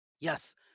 Yes